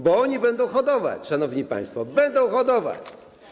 Bo oni będą hodować, szanowni państwo, będą hodować.